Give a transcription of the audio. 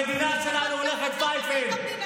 המדינה שלנו, עכשיו אתם הורסים את המדינה.